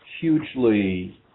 hugely